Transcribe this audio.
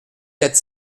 quatre